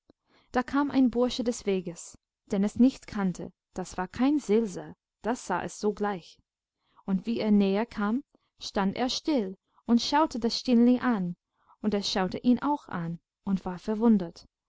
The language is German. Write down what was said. da kam ein bursche des weges den es nicht kannte das war kein silser das sah es sogleich und wie er näher kam stand er still und schaute das stineli an und es schaute ihn auch an und war verwundert